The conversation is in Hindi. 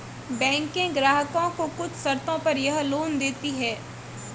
बैकें ग्राहकों को कुछ शर्तों पर यह लोन देतीं हैं